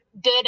Good